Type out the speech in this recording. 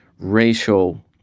racial